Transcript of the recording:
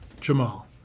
Jamal